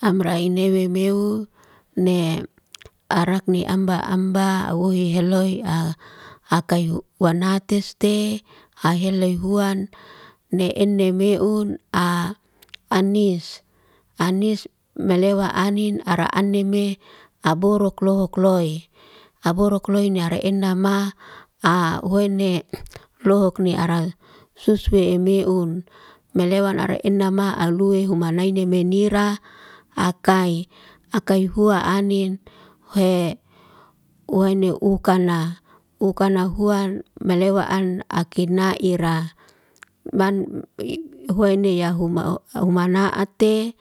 Amra inewe meu, ne arakne amba amba, wohi heloy a akai wanateste, ai heloy huan, ne ene meun a anis. Anis melewa anin, ara anime, aborok lohokloy. Aborok kloy ni ara ena ma, ahuene lohokni ara suswe emeun. Melewan ara ena ma, alue humanaine menira, akai. Akai hua anin, hwe waneu ukana. Ukana huan melewa an akinaira. Man i huane ya huma o humana'ate,